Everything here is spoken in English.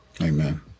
amen